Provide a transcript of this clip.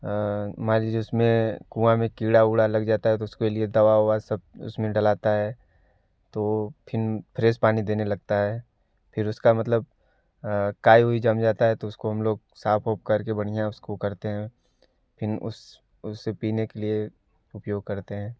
मान लीजिए उसमें कुआँ में कीड़ा उड़ा लग जाता है तो उसके लिए दवा ओवा सब उसमें डालाता है तो फिर फ्रेस पानी देने लगता है फिर उसका मतलब काई उई जम जाता है तो उसको हम लोग साफ़ ओफ करके बढ़िया उसको करते हैं फिर उस उसे पीने के लिए उपयोग करते हैं